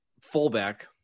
fullback